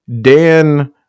Dan